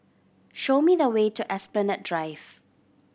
show me the way to Esplanade Drive